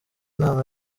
nama